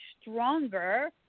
stronger